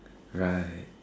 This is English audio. right